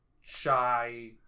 shy